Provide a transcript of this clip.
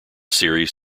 series